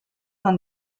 van